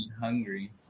hungry